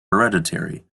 hereditary